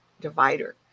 divider